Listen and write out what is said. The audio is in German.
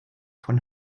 von